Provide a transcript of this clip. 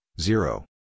zero